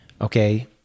okay